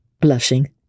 blushing